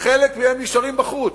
חלק מהם נשארים בחוץ,